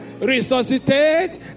resuscitate